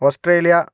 Australia